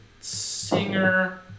Singer